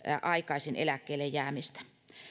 aikaisin eläkkeelle jäämiseen